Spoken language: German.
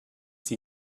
sie